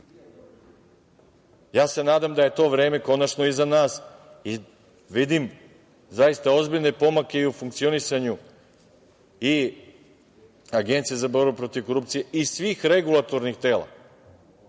se nadam da je to vreme konačno iza nas. Vidim zaista ozbiljne pomake i u funkcionisanju i Agencije za borbu protiv korupcije i svih regulatornih tela